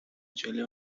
عجله